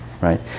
Right